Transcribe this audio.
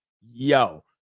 yo